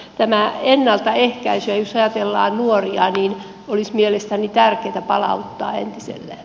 tämä ennaltaehkäisy jos ajatellaan nuoria olisi mielestäni tärkeätä palauttaa entiselleen